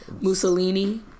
Mussolini